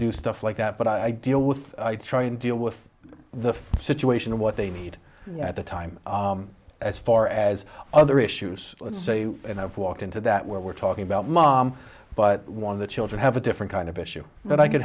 do stuff like that but i deal with i try and deal with the situation of what they need at the time as far as other issues let's say and i've walked into that where we're talking about mom but one of the children have a different kind of issue but i could